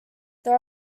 there